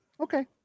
okay